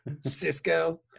Cisco